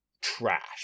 trash